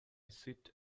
sit